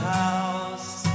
house